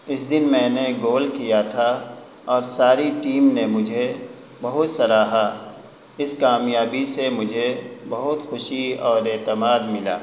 اس دن میں نے گول کیا تھا اور ساری ٹیم نے مجھے بہت سراہا اس کامیابی سے مجھے بہت خوشی اور اعتماد ملا